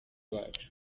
wacu